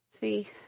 See